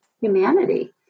humanity